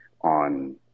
on